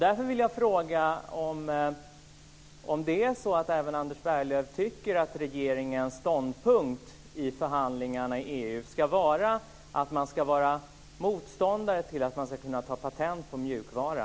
Därför vill jag fråga om även Anders Berglöv tycker att regeringens ståndpunkt i förhandlingarna i EU ska vara att vi ska vara motståndare till att man ska kunna ta patent på mjukvara.